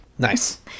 nice